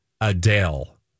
Adele